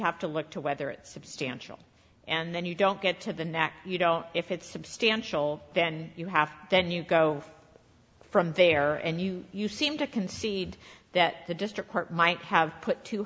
have to look to whether it substantial and then you don't get to the next you know if it's substantial then you have to then you go from there and you seem to concede that the district court might have put too